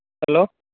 hello